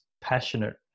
passionate